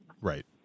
Right